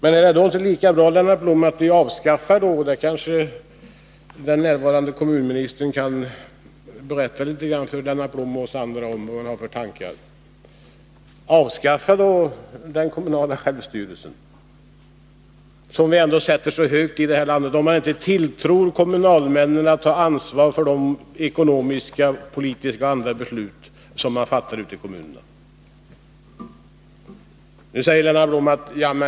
Är det inte lika bra, Lennart Blom, att vi avskaffar den kommunala självstyrelsen, som vi har satt så högt i det här landet, om vi inte tilltror kommunalmännen förmågan att ta ansvar för de ekonomiska, politiska och andra beslut som fattas ute i kommunerna? Den här närvarande kommunministern kanske kan berätta om sina tankar i det avseendet.